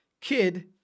kid